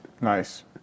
nice